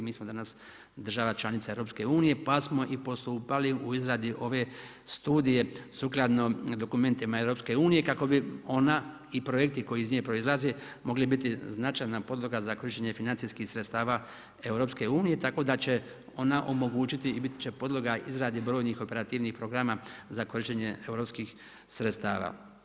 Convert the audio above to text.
Mi smo danas država članica EU pa smo i postupali u izradi ove studije sukladno dokumentima EU kako bi ona i projekti koji iz nje proizlaze mogli biti značajna podloga za korištenje financijskih sredstava EU, tako da će ona omogućiti i bit će podloga izradi brojnih operativnih programa za korištenje europskih sredstava.